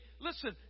listen